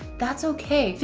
that's okay.